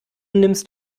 nimmst